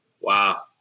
wow